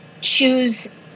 choose